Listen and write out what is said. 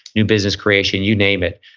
new business creation, you name it.